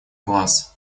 глаз